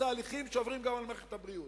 תהליכים שעוברים גם על מערכת הבריאות.